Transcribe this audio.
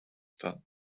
done